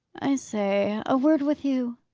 i say! a word with you,